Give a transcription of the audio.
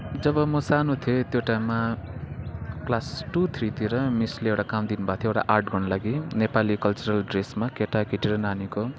जब म सानो थिएँ त्यो टाइममा क्लास टु थ्रीतिर मिसले एउटा काम दिनुभएको थियो एउटा आर्ट गर्नुको लागि नेपाली कल्चरल ड्रेस केटा केटी र नानीको